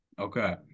Okay